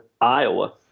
Iowa